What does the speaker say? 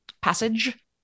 passage